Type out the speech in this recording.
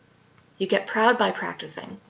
you get proud by practicing.